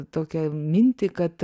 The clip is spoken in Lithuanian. tokią mintį kad